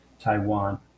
Taiwan